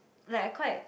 like quite